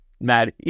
Maddie